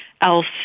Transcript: else